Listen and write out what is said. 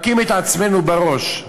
מכים את עצמנו בראש.